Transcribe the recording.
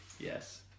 Yes